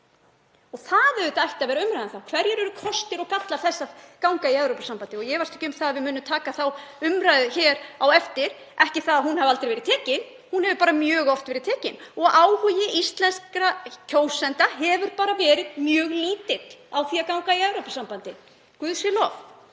Og það ætti að vera umræðan: Hverjir eru kostir og gallar þess að ganga í Evrópusambandið? Ég efast ekki um að við munum taka þá umræðu hér á eftir, ekki það að hún hafi aldrei verið tekin. Hún hefur mjög oft verið tekin og áhugi íslenskra kjósenda hefur verið mjög lítill á því að ganga í Evrópusambandið, guði sé lof.